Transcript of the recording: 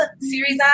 series